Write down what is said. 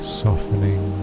softening